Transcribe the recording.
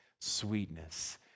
sweetness